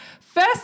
first